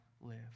live